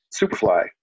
superfly